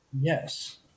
yes